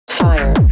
Fire